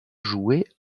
joué